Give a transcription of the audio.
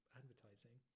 advertising